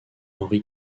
henri